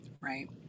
right